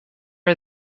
are